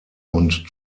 und